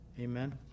Amen